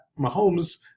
Mahomes